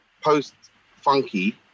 post-funky